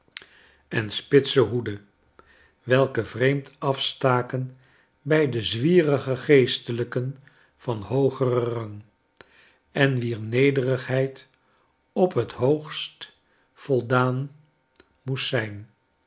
en spitse hoeden welke vreemd afstaken bij de zwierige geestelijken van hooger rang en wier nederigheid op het hoogst voldaan moest zijn